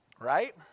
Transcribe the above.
Right